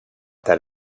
that